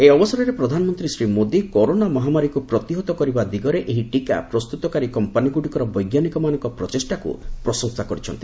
ଏହି ଅବସରରେ ପ୍ରଧାନମନ୍ତ୍ରୀ ଶ୍ରୀ ମୋଦୀ କରୋନା ମହାମାରୀକୁ ପ୍ରତିହତ କରିବା ଦିଗରେ ଏହି ଟୀକା ପ୍ରସ୍ତୁତକାରୀ କମ୍ପାନିଗୁଡ଼ିକର ବୈଜ୍ଞାନିକମାନଙ୍କ ପ୍ରଚେଷ୍ଟାକୁ ପ୍ରଶଂସା କରିଛନ୍ତି